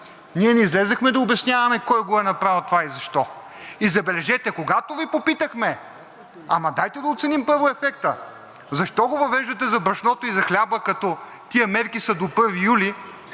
Ние не излязохме да обясняваме кой го е направил това и защо. И забележете! Когато Ви попитахме – ама дайте да оценим първо ефекта, защо го въвеждате за брашното и за хляба, като тези мерки са до 1 юли,